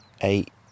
eight